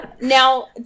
Now